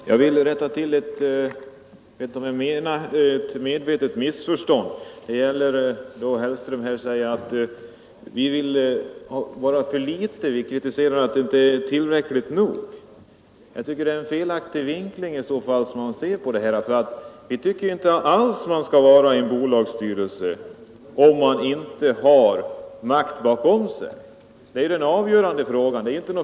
Herr talman! Jag vill rätta till ett kanske medvetet missförstånd. Herr Hellström säger att vi kritiserar förslaget därför att det inte går tillräckligt långt. Det är en felaktig vinkling. Vi tycker inte att man alls skall vara med i en bolagsstyrelse om man inte har makt bakom sig. Det är den avgörande frågan.